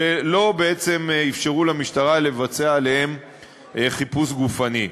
ולא אפשרו בעצם למשטרה לבצע עליהם חיפוש גופני.